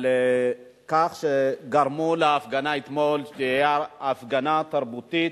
על כך שגרמו להפגנה אתמול שתהיה הפגנה תרבותית,